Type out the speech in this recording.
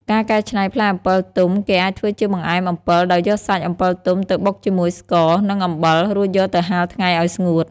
ការកែច្នៃផ្លែអំពិលទុំគេអាចធ្វើជាបង្អែមអំពិលដោយយកសាច់អំពិលទុំទៅបុកជាមួយស្ករ និងអំបិល រួចយកទៅហាលថ្ងៃឲ្យស្ងួត។